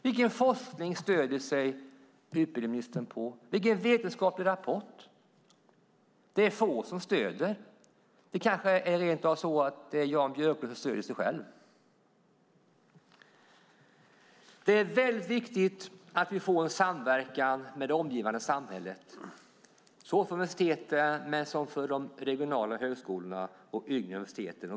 Vilken forskning och vilken vetenskaplig rapport stöder sig utbildningsministern på? Det är få som stöder detta. Det kanske rent av är så att Jan Björklund stöder sig själv. Det är mycket viktigt att vi får en samverkan med det omgivande samhället, såväl för universiteten som för de regionala högskolorna och de yngre universiteten.